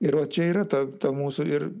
ir vat čia yra ta ta mūsų ir